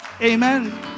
amen